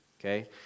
okay